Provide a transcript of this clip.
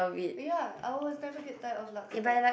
ya I will never get tired of laksa